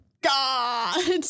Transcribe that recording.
God